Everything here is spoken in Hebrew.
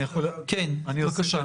כן, בבקשה.